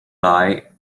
lie